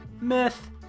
Myth